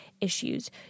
issues